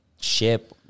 ship